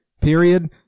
period